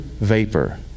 vapor